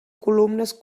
columnes